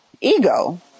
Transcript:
ego